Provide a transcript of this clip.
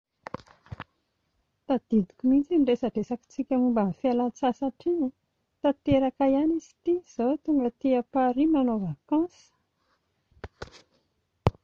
Tadidiko mihintsy iny resadresakitsika momba ny fialan-tsasatra iny a, tanteraka ihany izy ity, izao aho tonga aty Paris manao vacance